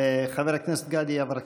חבר הכנסת גדי יברקן.